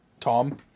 Tom